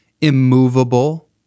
immovable